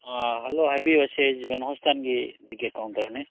hello ꯍꯥꯏꯕꯤꯌꯨ ꯁꯤ ꯖꯤꯕꯟ ꯍꯣꯁꯄꯤꯇꯥꯜꯒꯤ ꯇꯤꯀꯦꯠ ꯀꯥꯎꯟꯇꯔꯅꯤ